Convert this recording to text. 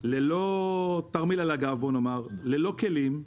ללא תרמיל על הגב, ללא כלים,